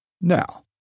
Now